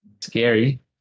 scary